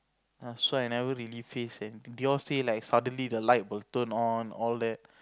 err so I never really faced anything they all say like suddenly the light will turn on and all that